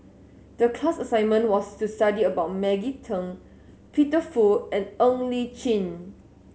the class assignment was to study about Maggie Teng Peter Fu and Ng Li Chin